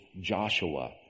Joshua